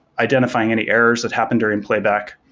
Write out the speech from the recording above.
identifying any errors that happened during playback,